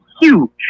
huge